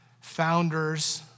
founders